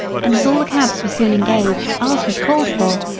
and as all the cabs were soon engaged ours was called for.